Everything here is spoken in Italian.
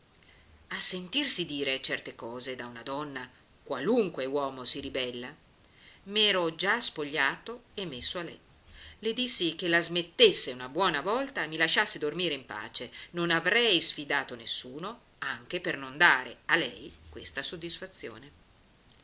a sentirsi dire certe cose da una donna qualunque uomo si ribella m'ero già spogliato e messo a letto le dissi che la smettesse una buona volta e mi lasciasse dormire in pace non avrei sfidato nessuno anche per non dare a lei questa soddisfazione